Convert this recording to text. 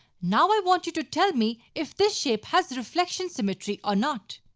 now i want you to tell me if this shape has reflection symmetry or not.